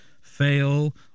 fail